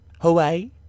Hawaii